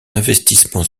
investissement